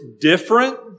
different